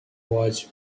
was